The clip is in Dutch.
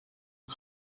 een